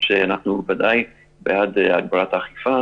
שאנחנו ודאי בעד הגברת האכיפה